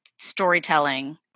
storytelling